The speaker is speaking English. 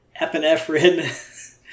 epinephrine